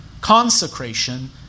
consecration